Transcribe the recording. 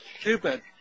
stupid